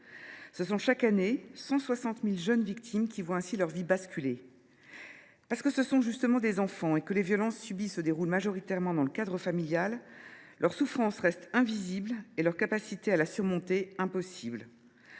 Ce sont, chaque année, 160 000 jeunes victimes qui voient ainsi leur vie basculer. Parce que ce sont justement des enfants et que les violences subies se déroulent majoritairement dans le cadre familial, leur souffrance reste invisible ; il leur est en outre impossible